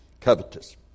covetous